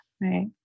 Right